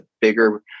bigger